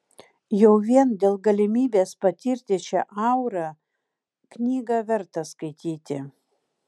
jau vien dėl galimybės patirti šią aurą knygą verta skaityti